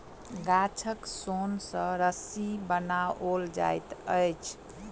गाछक सोन सॅ रस्सी बनाओल जाइत अछि